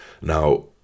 Now